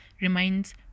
reminds